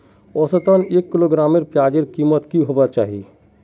औसतन एक किलोग्राम प्याजेर कीमत की होबे चही?